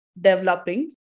developing